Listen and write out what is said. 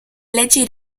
leggi